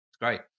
great